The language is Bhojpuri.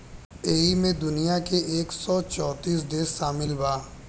ऐइमे दुनिया के एक सौ चौतीस देश सामिल बा